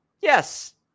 Yes